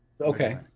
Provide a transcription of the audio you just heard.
Okay